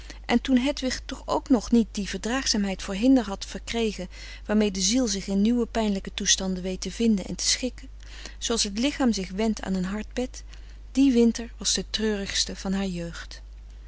en toen hedwig toch ook nog niet die frederik van eeden van de koele meren des doods verdraagzaamheid voor hinder had verkregen waarmee de ziel zich in nieuwe pijnlijke toestanden weet te vinden en te schikken zooals het lichaam zich went aan een hard bed die winter was de treurigste van haar jeugd